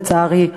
לצערי,